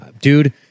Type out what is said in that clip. Dude